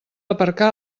aparcar